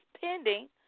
pending